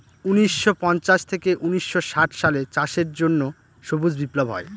উনিশশো পঞ্চাশ থেকে উনিশশো ষাট সালে চাষের জন্য সবুজ বিপ্লব হয়